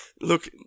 Look